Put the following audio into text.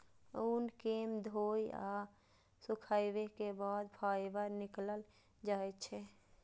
ऊन कें धोय आ सुखाबै के बाद फाइबर निकालल जाइ छै